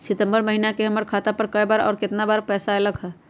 सितम्बर महीना में हमर खाता पर कय बार बार और केतना केतना पैसा अयलक ह?